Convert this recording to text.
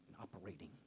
Operating